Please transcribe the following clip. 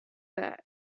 that